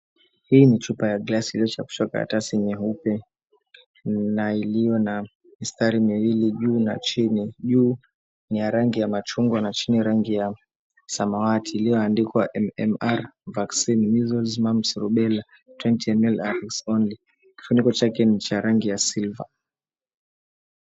Hii ni chupa ya glass iliyoshikwa karatasi nyeupe na iliyo na mistari miwili juu na chini. Juu ni ya rangi ya machungwa na chini rangi ya samawati iliyoandikwa MMR vaccine, Measles Mumps Rubella 20 ml RX only. Kifuniko chake ni cha rangi ya silver.